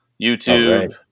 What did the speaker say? YouTube